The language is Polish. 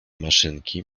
maszynki